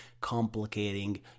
complicating